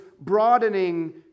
broadening